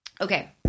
Okay